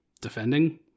defending